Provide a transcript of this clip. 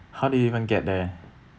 how did you even get there